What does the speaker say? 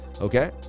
okay